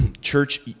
church